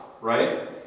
Right